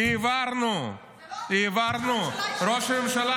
אבל ראש הממשלה,